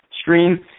stream